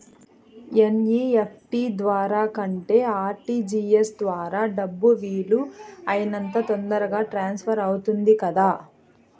NEFT ద్వారా కంటే RTGS ద్వారా డబ్బు వీలు అయినంత తొందరగా ట్రాన్స్ఫర్ అవుతుంది కదా